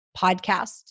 podcast